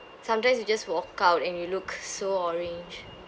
sometimes you just walk out and you look so orange